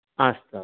अस्तु अस्तु